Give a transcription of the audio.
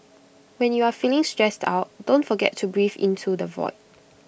when you are feeling stressed out don't forget to breathe into the void